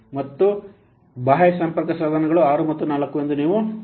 ಮತ್ತು ಎಂದು ಬಾಹ್ಯ ಸಂಪರ್ಕಸಾಧನಗಳು 6 ಮತ್ತು 4 ಎಂದು ನೀವು ನೋಡಬಹುದು